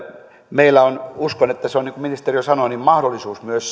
meillä on uskon että se on niin kuin ministeri jo sanoi mahdollisuus myös